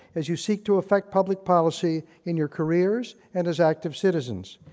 as you seek to affect public policy in your careers, and as active citizens.